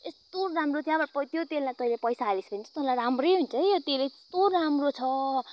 यस्तो राम्रो त्यहाँबाट त्यो तेललाई तैँले पैसा हालिस् भने चाहिँ तँलाई राम्रै हुन्छ है यो तेल यस्तो राम्रो छ